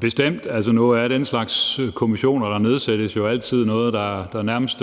Bestemt. Nu er den slags kommissioner, der nedsættes, jo altid noget, der nærmest